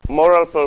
moral